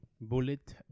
Bullet